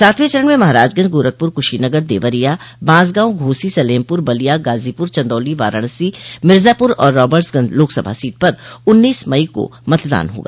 सातवें चरण में महराजगंज गोरखपुर कुशीनगर देवरिया बांस गांव घोसी सलेमपुर बलिया गाजीपुर चन्दौली वाराणसी मिर्जापुर आर रार्बट्सगंज लोकसभा सीट पर उन्नीस मई को मतदान होगा